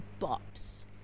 bops